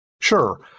Sure